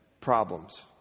problems